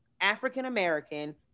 African-American